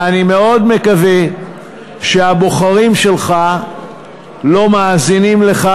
ואני מאוד מקווה שהבוחרים שלך לא מאזינים לך,